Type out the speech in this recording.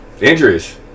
Injuries